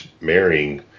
marrying